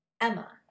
Emma